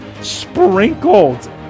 sprinkled